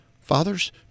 Fathers